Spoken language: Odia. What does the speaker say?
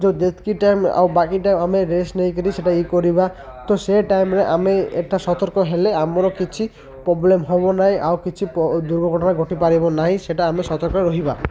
ଯେଉଁ ଯେତିକି ଟାଇମ୍ ଆଉ ବାକି ଟାଇମ୍ ଆମେ ରେଷ୍ଟ ନେଇକରି ସେଇଟା ଇଏ କରିବା ତ ସେ ଟାଇମ୍ରେ ଆମେ ଏଟା ସତର୍କ ହେଲେ ଆମର କିଛି ପ୍ରୋବ୍ଲେମ୍ ହେବ ନାହିଁ ଆଉ କିଛି ଦୁର୍ଘଟଣା ଘଟିି ପାରିବ ନାହିଁ ସେଟା ଆମେ ସତର୍କ ରହିବା